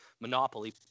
monopoly